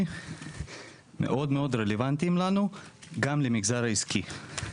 מאוד מאוד רלוונטיים גם לנו במגזר העסקי,